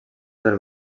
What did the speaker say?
del